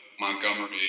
Montgomery